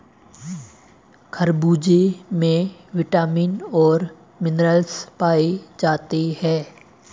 खरबूजे में विटामिन और मिनरल्स पाए जाते हैं